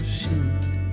shoes